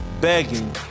begging